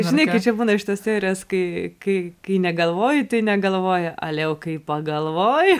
žinai būna iš tos serijos kai kai kai negalvoji tai negalvoji ale jau kai pagalvoji